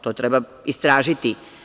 To treba istražiti.